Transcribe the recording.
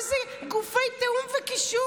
מה זה גופי תיאום וקישור?